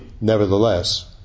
nevertheless